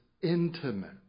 intimate